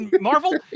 marvel